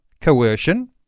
coercion